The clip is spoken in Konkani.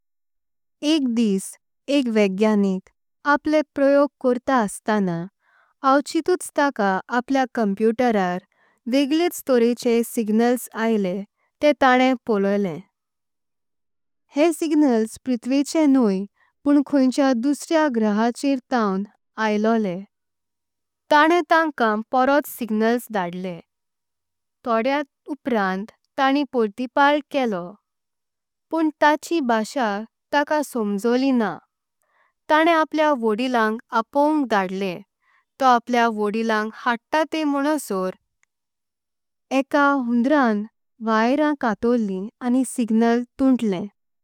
एक दिस एक वैज्ञानिक आपले प्रयोग करता अस्ताना। अचानक तका आपल्या कॉम्प्युटरार वेगळेच तोरेंचे। सिग्नल्स आइलो ते ताणें पोयलें हे सिग्नल्स पृथ्वेचे नहिं। पण कोणच्या दुसरे ग्रहाचेर थांव आलेले ताणें तांकां। परत सिग्नल्स धाडलें तोडे उपरांत ताणें प्रतिपाळ केलो। पण तांची भाषा तका समजली ना ताणें आपल्या वडिलांक। आपल्यास्वताच धाडलें तो आपल्या वडिलांक हाडता ते। म्हणसोर एका हूनड्रान विराम काडोलें आनी सिग्नल तुंटलें।